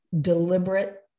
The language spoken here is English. deliberate